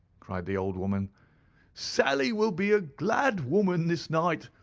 cried the old woman sally will be a glad woman this night.